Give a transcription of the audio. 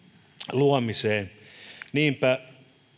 luomiseen niinpä